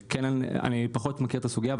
אני פחות מכיר את הסוגיה,